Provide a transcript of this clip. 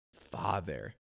father